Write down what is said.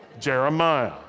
Jeremiah